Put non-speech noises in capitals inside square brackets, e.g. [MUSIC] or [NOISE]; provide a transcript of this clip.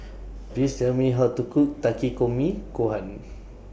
Please Tell Me How to Cook Takikomi Gohan [NOISE]